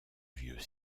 vieux